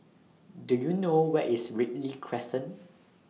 Do YOU know Where IS Ripley Crescent